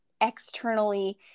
externally